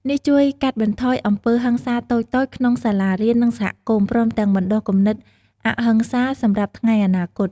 នេះជួយកាត់បន្ថយអំពើហិង្សាតូចៗក្នុងសាលារៀន និងសហគមន៍ ព្រមទាំងបណ្ដុះគំនិតអហិង្សាសម្រាប់ថ្ងៃអនាគត។